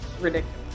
ridiculous